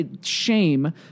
shame